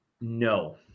no